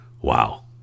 Wow